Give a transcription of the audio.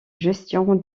gestion